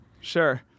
Sure